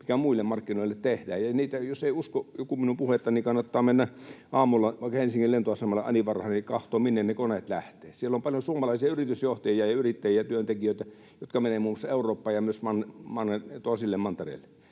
mikä muille markkinoille tehdään. Jos joku ei usko minun puhettani, niin kannattaa mennä aamulla vaikka Helsingin lentoasemalle ani varhain katsomaan, minne koneet lähtevät. Siellä on paljon suomalaisia yritysjohtajia ja yrittäjiä ja työntekijöitä, jotka menevät muun muassa Eurooppaan ja myös toisille mantereille.